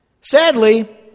Sadly